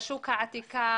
בשוק העתיק,